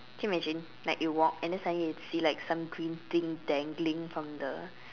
can you imagine like you walk and then suddenly you see like some green thing dangling from the